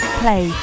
play